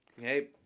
hey